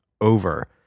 over